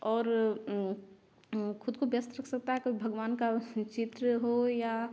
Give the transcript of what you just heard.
और खुद को व्यस्त रख सकता है कभी भगवान का चित्र हो या